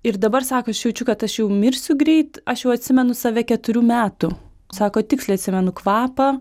ir dabar sako aš jaučiu kad aš jau mirsiu greit aš jau atsimenu save keturių metų sako tiksliai atsimenu kvapą